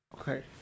Okay